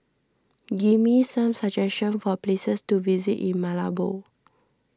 give me some suggestions for places to visit in Malabo